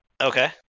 Okay